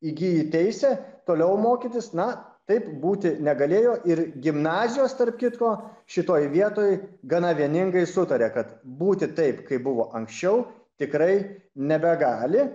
įgyji teisę toliau mokytis na taip būti negalėjo ir gimnazijos tarp kitko šitoj vietoj gana vieningai sutaria kad būti taip kaip buvo anksčiau tikrai nebegali